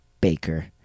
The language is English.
Baker